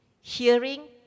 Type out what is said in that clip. hearing